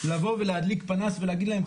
לבוא ולהדליק פנס ולהגיד להם,